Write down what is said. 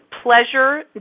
Pleasure